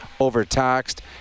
overtaxed